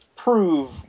Prove